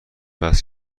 وصل